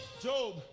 Job